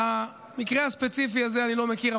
את המקרה הספציפי הזה אני לא מכיר.